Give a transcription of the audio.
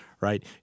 Right